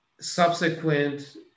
subsequent